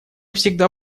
всегда